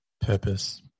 purpose